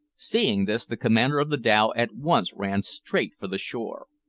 seeing this, the commander of the dhow at once ran straight for the shore.